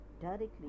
directly